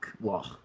wow